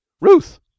Ruth